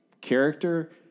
character